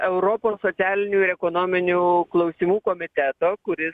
europos socialinių ir ekonominių klausimų komiteto kuris